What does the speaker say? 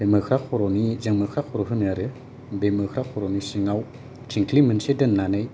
मोख्राखरनि जों मोख्रा खर' होनो आरोखि बे मोख्राखरनि सिङाव थिंख्लि मोनसे दोननानै